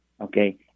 Okay